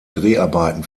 dreharbeiten